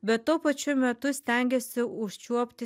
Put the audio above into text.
bet tuo pačiu metu stengėsi užčiuopti